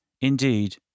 indeed